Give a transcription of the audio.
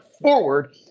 forward